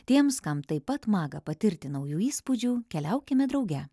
tiems kam taip pat maga patirti naujų įspūdžių keliaukime drauge